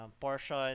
portion